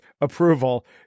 approval